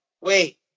Wait